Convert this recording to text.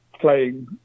playing